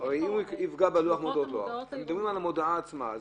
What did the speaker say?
אנחנו מדברים על המודעה עצמה.